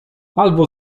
albo